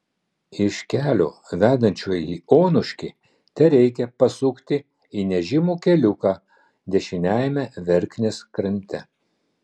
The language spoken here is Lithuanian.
iš kelio vedančio į onuškį tereikia pasukti į nežymų keliuką dešiniajame verknės krante